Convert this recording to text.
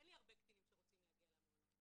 אין לי הרבה קטינים שרוצים להגיע למעונות,